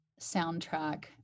soundtrack